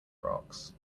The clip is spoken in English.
rocks